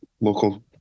local